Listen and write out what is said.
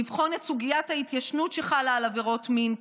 לבחון את סוגיית ההתיישנות שחלה על עבירות מין,